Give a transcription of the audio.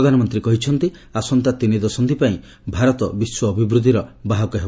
ପ୍ରଧାନମନ୍ତ୍ରୀ କହିଛନ୍ତି ଆସନ୍ତା ତିନି ଦଶକ୍ଷିପାଇଁ ଭାରତ ବିଶ୍ୱ ଅଭିବୃଦ୍ଧିର ବାହକ ହେବ